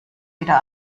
wieder